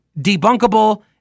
debunkable